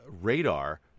radar